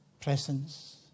presence